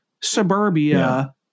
suburbia